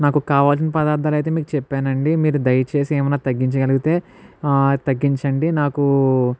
నాకు కావాల్సిన పదార్ధాలు అయితే మీకు చెప్పానండి మీరు దయచేసి ఎమన్నా తగ్గించగలిగితే తగ్గించండి నాకు